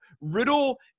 Riddle